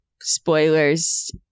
Spoilers